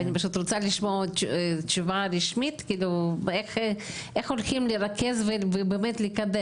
אני פשוט רוצה לשמוע תשובה רשמית לגבי איך הולכים לרכז ולקדם,